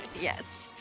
yes